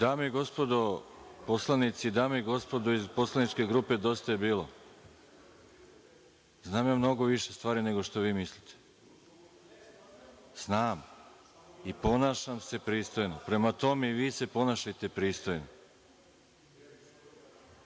Dame i gospodo poslanici, dame i gospodo iz poslaničke grupe Dosta je bilo, znam ja mnogo više stvari nego što vi mislite. Znam, i ponašam se pristojno. Prema tome i vi se ponašajte pristojno.